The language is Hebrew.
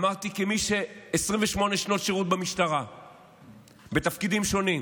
אמרתי כמי ששירת 28 שנות שירות במשטרה בתפקידים שונים,